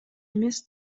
эмес